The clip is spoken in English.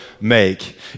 make